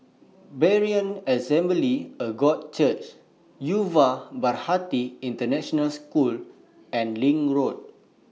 Berean Assembly of God Church Yuva Bharati International School and LINK Road